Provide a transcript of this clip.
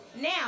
now